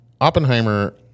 oppenheimer